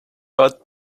but